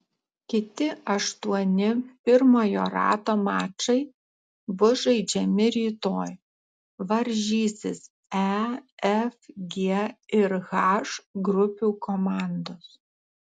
kiti aštuoni pirmojo rato mačai bus žaidžiami rytoj varžysis e f g ir h grupių komandos